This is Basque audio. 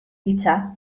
hitza